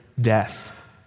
death